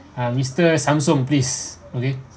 ah mister samsung please okay